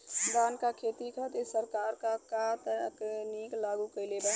धान क खेती खातिर सरकार का का तकनीक लागू कईले बा?